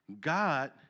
God